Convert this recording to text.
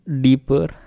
deeper